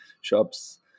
shops